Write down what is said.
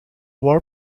war